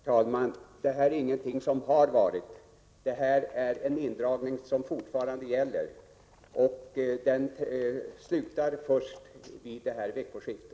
Herr talman! Det här är ingenting som har varit. Det här är en indragning som fortfarande gäller. Den upphör först vid nästa veckoskifte.